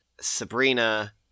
Sabrina